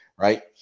Right